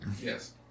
Yes